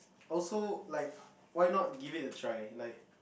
also like why not give it a try like